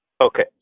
okay